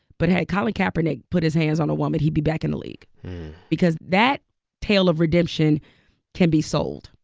but had colin kaepernick put his hands on a woman, he'd be back in the league because that tale of redemption can be sold.